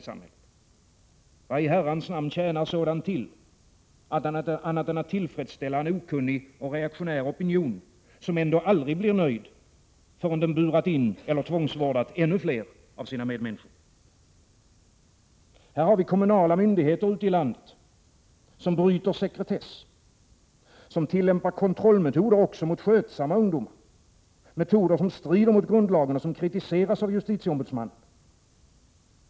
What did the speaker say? Vad i herrans namn tjänar sådant till, annat än att tillfredsställa en okunnig och reaktionär opinion som ändå aldrig blir nöjd förrän den burat in eller tvångsvårdat ännu fler av sina medmänniskor? Här har vi kommunala myndigheter ute i landet som bryter sekretess, som tillämpar kontrollmetoder också mot skötsamma ungdomar, metoder som strider mot grundlagen och som kritiseras av justitieombudsmannen.